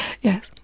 Yes